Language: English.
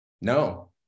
No